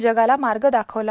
जगाला मार्ग दाखविला